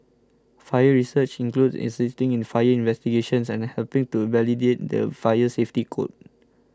fire research includes assisting in fire investigations and helping to validate the fire safety code